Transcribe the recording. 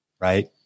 right